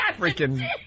freaking